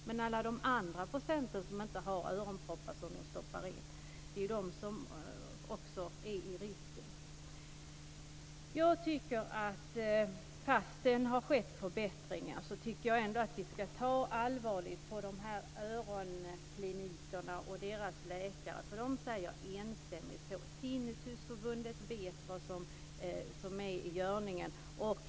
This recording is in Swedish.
Men alla de som inte stoppar in öronproppar befinner sig i riskzonen. Även om det har skett förbättringar tycker jag ändå att vi ska ta allvarligt på det läkarna på öronklinikerna säger. De säger enstämmigt att Tinnitusförbundet vet vad som är i görningen.